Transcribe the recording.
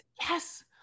yes